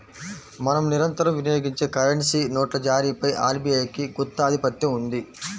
మనం నిరంతరం వినియోగించే కరెన్సీ నోట్ల జారీపై ఆర్బీఐకి గుత్తాధిపత్యం ఉంది